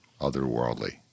otherworldly